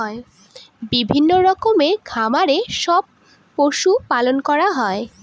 বিভিন্ন রকমের খামারে সব পশু পালন করা হয়